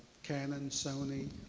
canon, sony,